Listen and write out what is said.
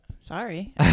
Sorry